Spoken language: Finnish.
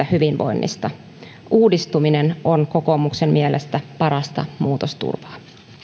hyvinvoinnista uudistuminen on kokoomuksen mielestä parasta muutosturvaa